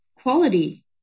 quality